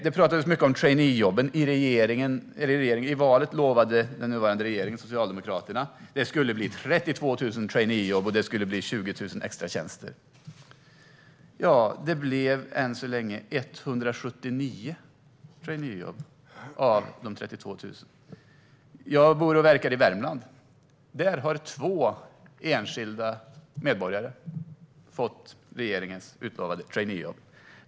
Det pratades mycket om traineejobben i valrörelsen. Socialdemokraterna, som nu sitter i regeringsställning, lovade att det skulle bli 32 000 traineejobb och 20 000 extratjänster. Än så länge har 179 av de 32 000 traineejobben kommit. Jag bor och verkar i Värmland. Där har två enskilda medborgare fått regeringens utlovade traineejobb.